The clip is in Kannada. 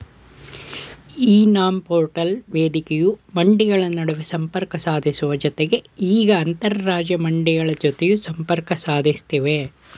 ಇ ನಾಮ್ ಪೋರ್ಟಲ್ ವೇದಿಕೆಯು ಮಂಡಿಗಳ ನಡುವೆ ಸಂಪರ್ಕ ಸಾಧಿಸುವ ಜತೆಗೆ ಈಗ ಅಂತರರಾಜ್ಯ ಮಂಡಿಗಳ ಜತೆಯೂ ಸಂಪರ್ಕ ಸಾಧಿಸ್ತಿವೆ